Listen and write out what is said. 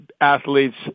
athletes